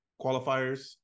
qualifiers